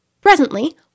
Presently